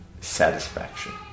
satisfaction